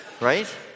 Right